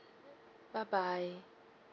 bye bye